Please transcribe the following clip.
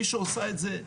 מי שעושה את זה,